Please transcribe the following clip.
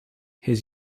his